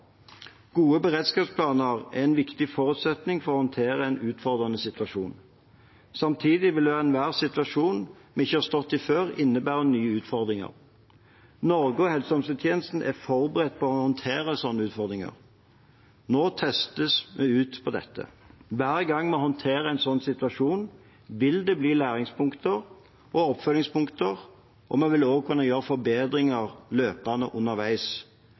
Gode beredskapsplaner er en viktig forutsetning for å håndtere en utfordrende situasjon. Samtidig vil enhver situasjon vi ikke har stått i før, innebære nye utfordringer. Norge og helse- og omsorgstjenestene er forberedt på å håndtere en slik utfordring. Nå får vi testet ut dette. Hver gang vi håndterer slike situasjoner, vil det bli læringspunkter og oppfølgingspunkter, og vi vil også kunne gjøre forbedringer løpende underveis.